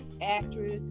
actress